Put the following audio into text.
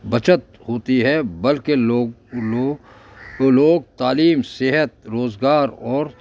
بچت ہوتی ہے بلکہ لوگ لوگ تعلیم صحت روزگار اور